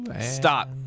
Stop